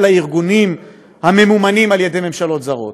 הארגונים הממומנים על ידי ממשלות זרות,